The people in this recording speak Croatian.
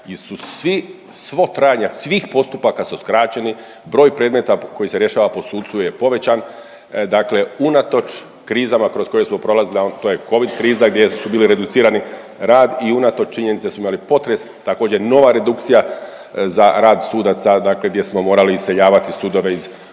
svo trajanje svih postupaka su skraćeni, broj predmeta koji se rješava po sucu je povećan, dakle unatoč krizama kroz smo prolazili, a to je Covid kriza gdje su bili reducirani rad i unatoč činjenice da smo imali potres. Također nova redukcija za rad sudaca, dakle gdje smo morali iseljavati sudove iz određenih